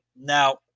Now